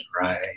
Right